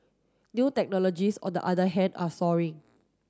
new technologies on the other hand are soaring